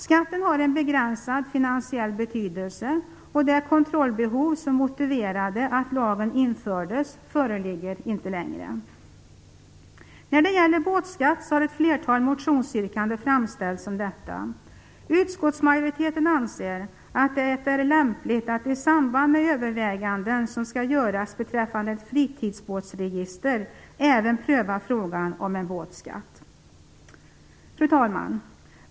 Skatten har en begränsad finansiell betydelse, och det kontrollbehov som motiverade att lagen infördes föreligger inte längre. Det har framställts ett flertal motionsyrkanden om båtskatt. Utskottsmajoriteten anser att det är lämpligt att i samband med de överväganden som skall göras beträffande ett fritidsbåtsregister även pröva frågan om en båtskatt. Fru talman!